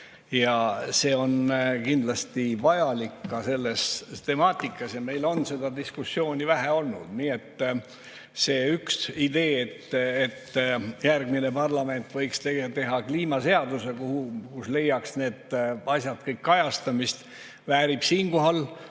See on kindlasti vajalik ka selles temaatikas. Ja meil on seda diskussiooni vähe olnud. Nii et see üks idee, et järgmine parlament võiks teha kliimaseaduse, kus need asjad kõik leiaksid kajastamist, väärib siinkohal